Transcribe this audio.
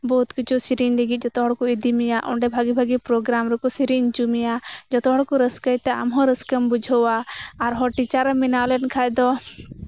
ᱵᱚᱦᱩᱛ ᱠᱤᱪᱷᱩ ᱥᱮᱨᱮᱧ ᱞᱟᱹᱜᱤᱫ ᱡᱚᱛᱚ ᱦᱚᱲ ᱠᱚ ᱤᱫᱤ ᱢᱮᱭᱟ ᱚᱸᱰᱮ ᱵᱷᱟᱹᱜᱤ ᱵᱷᱟᱹᱜᱤ ᱯᱨᱚᱜᱮᱨᱟᱢ ᱨᱮᱠᱚ ᱥᱮᱨᱮᱧ ᱦᱚᱪᱚ ᱢᱮᱭᱟ ᱡᱚᱛᱚ ᱦᱚᱲ ᱠᱚ ᱨᱟᱹᱥᱠᱟᱹᱭ ᱛᱮ ᱟᱢᱦᱚᱸ ᱨᱟᱹᱥᱠᱟᱹᱢ ᱵᱩᱡᱷᱟᱹᱣᱟ ᱟᱨᱦᱚᱸ ᱴᱤᱪᱟᱨ ᱮᱢ ᱵᱮᱱᱟᱣ ᱞᱮᱱᱠᱷᱟᱡ ᱫᱚ